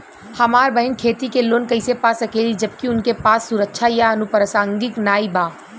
हमार बहिन खेती के लोन कईसे पा सकेली जबकि उनके पास सुरक्षा या अनुपरसांगिक नाई बा?